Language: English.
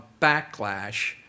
backlash